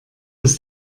dass